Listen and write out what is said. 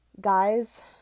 Guys